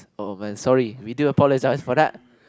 oh man sorry we do apologise for that